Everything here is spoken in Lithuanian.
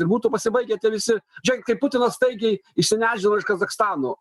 ir būtų pasibaigę tie visi žiūrėkit kaip putinas staigiai išsinešdino iš kazachstano